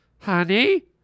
Honey